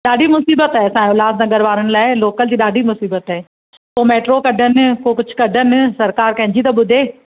ॾाढी मुसीबत आहे असांजे उल्हासनगर वारनि लाइ लोकल जी ॾाढी मुसीबत आहे पोइ मैट्रो कढनि पोइ कुझु कढनि सरकारु कंहिंजी त ॿुधे